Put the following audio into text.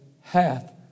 hath